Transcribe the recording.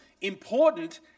important